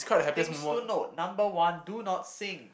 things to note number one do not sing